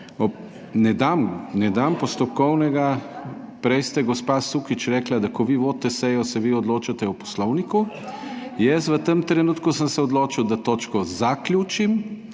Ne dam postopkovnega. Prej ste gospa Sukič rekla, da ko vi vodite sejo, se vi odločate o Poslovniku. Jaz v tem trenutku sem se odločil, da točko zaključim,